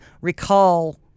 recall